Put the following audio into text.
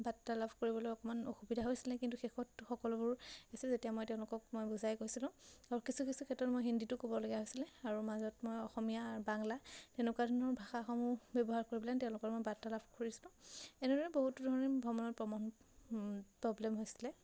বাৰ্তালাপ কৰিবলৈ অকণমান অসুবিধা হৈছিলে কিন্তু শেষত সকলোবোৰ আছে যেতিয়া মই তেওঁলোকক মই বুজাই কৈছিলোঁ আৰু কিছু কিছু ক্ষেত্ৰত মই হিন্দীটো ক'বলগীয়া হৈছিলে আৰু মাজত মই অসমীয়া আৰু বাংলা তেনেকুৱা ধৰণৰ ভাষাসমূহ ব্যৱহাৰ কৰি পেলাই তেওঁলোকৰ লগত মই বাৰ্তালাপ কৰিছিলোঁ এনেদৰে বহুতো ধৰণৰ ভ্ৰমণত প্ৰব্লেম হৈছিলে